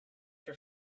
your